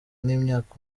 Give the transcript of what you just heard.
n’imyaka